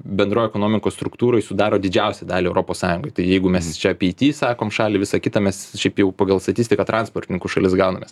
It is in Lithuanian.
bendroj ekonomikos struktūroj sudaro didžiausią dalį europos sąjungoj tai jeigu mes čia apie it sakom šalį visa kita mes šiaip jau pagal statistiką transportininkų šalis gaunamės